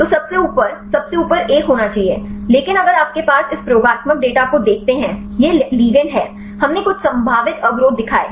तो सबसे ऊपर सबसे ऊपर एक होना चाहिए लेकिन अगर आप इस प्रयोगात्मक डेटा को देखते हैं ये लिगेंड हैं हमने कुछ संभावित अवरोध दिखाए